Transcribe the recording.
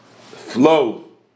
flow